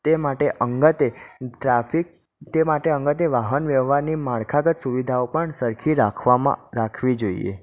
તે માટે અંગતે ટ્રાફિક તે માટે અંગતે વાહન વ્યવહારની માળખાગત સુવિધાઓ પણ સરખી રાખવામાં રાખવી જોઈએ